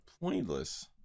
pointless